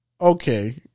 okay